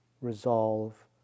resolve